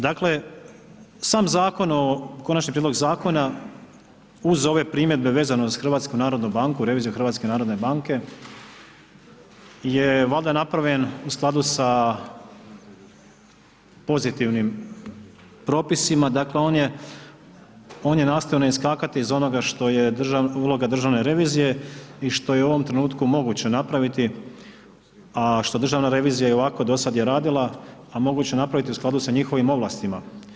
Dakle sam zakon o, konačni prijedlog zakona uz ove primjedbe vezane uz HNB, reviziju HNB-a je valjda napravljen u skladu sa pozitivnim propisima, dakle on je, ona je nastojao ne iskakati iz onoga što je uloga državne revizije i što je u ovom trenutku moguće napraviti a što državna revizija i ovako do sada je napravila a moguće napraviti u skladu sa njihovim ovlastima.